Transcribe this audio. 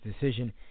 decision